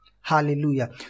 Hallelujah